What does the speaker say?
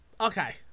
Okay